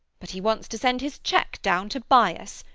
but he wants to send his cheque down to buy us,